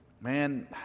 man